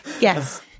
Yes